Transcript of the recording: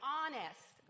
honest